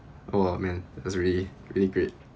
oh man that's really really great